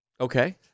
Okay